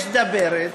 יש דברת